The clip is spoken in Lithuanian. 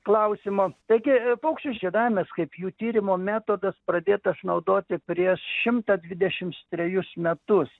klausimo taigi paukščių žiedavimas kaip jų tyrimo metodas pradėtas naudoti prieš šimtą dvidešims trejus metus